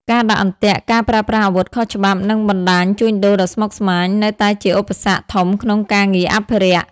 ការដាក់អន្ទាក់ ការប្រើប្រាស់អាវុធខុសច្បាប់ និងបណ្តាញជួញដូរដ៏ស្មុគស្មាញ នៅតែជាឧបសគ្គធំក្នុងការងារអភិរក្ស។